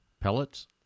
pellets